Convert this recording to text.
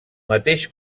mateix